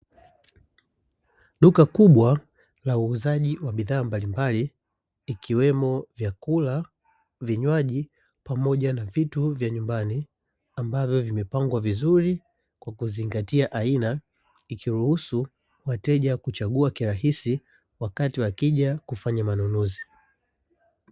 Duka kubwa la uuzaji wa bidhaa mbalimbali ikiwemo vyakula, vinywaji pamoja na vitu vya nyumbani ambazo zimepangwa vizuri kwa kuzingatia aina, ikiruhusu wateja kuchagua kwa urahisi wakati wakija kufanya manunuzi.